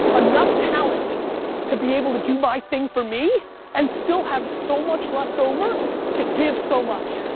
enough talent to be able to do my thing for me and still have so much left over to give so much.